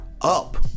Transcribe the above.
up